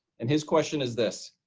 and his question is this.